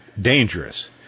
dangerous